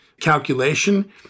calculation